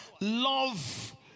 Love